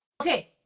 Okay